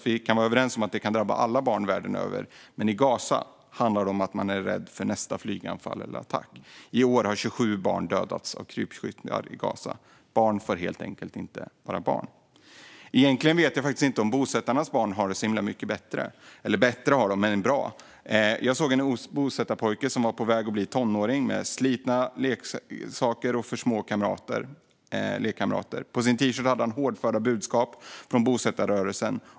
Vi kan vara överens om att detta kan drabba alla barn världen över. Men i Gaza handlar det om att barnen är rädda för nästa flyganfall eller attack. I år har 27 barn dödats av krypskyttar i Gaza. Barn får helt enkelt inte vara barn. Egentligen vet jag faktiskt inte om bosättarnas barn har det så mycket bättre. De har det bättre men kanske inte bra. Jag såg en bosättarpojke som var på väg att bli tonåring med slitna leksaker och för små lekkamrater. På sin t-shirt hade han hårdföra budskap från bosättarrörelsen.